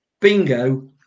Bingo